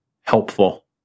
helpful